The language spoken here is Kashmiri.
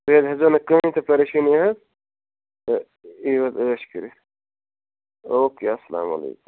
تُہۍ حظ ہیٚزیٚو نہٕ کہیٖنٛۍ تہِ پریشٲنی حظ تہٕ ییِو حظ ٲش کٔرِتھ او کے اسلامُ علیکُم